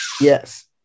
Yes